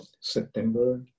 September